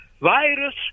virus